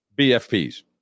bfps